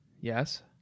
yes